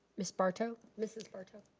ms. barto. mrs. barto.